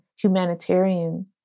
Humanitarian